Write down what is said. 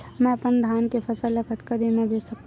मैं अपन धान के फसल ल कतका दिन म बेच सकथो?